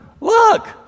Look